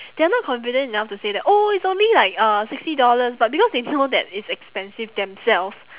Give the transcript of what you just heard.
they are not confident enough to say that oh it's only like uh sixty dollars but because they know that it's expensive themselves